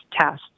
tests